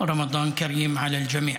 רמדאן כרים לכולם.)